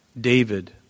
David